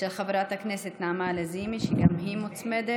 של חברת הכנסת נעמה לזימי, שגם היא מוצמדת.